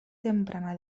temprana